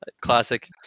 Classic